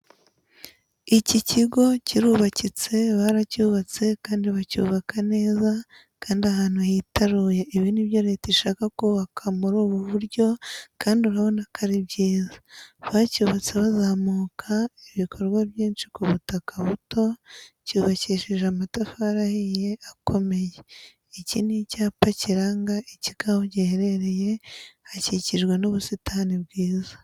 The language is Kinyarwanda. Iki kigo kirubakitse baracyubatse kandi bacyubaka neza kandi ahantu hitaruye ibi ni byo Leta ishaka kubaka muri ubu buryo kabdi urabonako ari byiza. Bacyubatse bazamuka, ibikorwa byinshi k ubutaka buto, cyubakishije amatafari ahiye akomeye, iki ni icyapa kiranga ikigo aho gihereye hakikijwe n'ubusitani bwiza.